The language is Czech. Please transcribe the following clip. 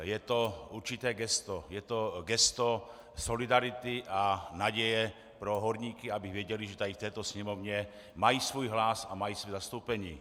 Je to určité gesto, je to gesto solidarity a naděje pro horníky, aby věděli, že tady v této Sněmovně mají svůj hlas a mají své zastoupení.